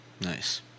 Nice